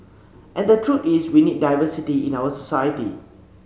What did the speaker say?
and the truth is we need diversity in our society